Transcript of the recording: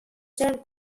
turn